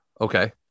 Okay